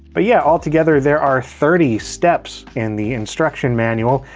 but yeah, all together, there are thirty steps in the instruction manual.